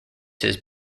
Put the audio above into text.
his